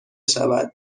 شود